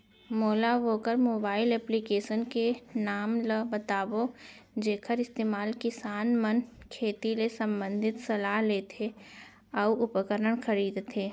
मोला वोकर mobile application के नाम ल बतावव जेखर इस्तेमाल किसान मन खेती ले संबंधित सलाह लेथे अऊ उपकरण खरीदथे?